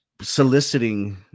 soliciting